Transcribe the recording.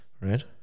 right